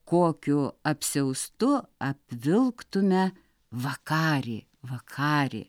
kokiu apsiaustu apvilktume vakarį vakarį